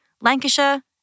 Lancashire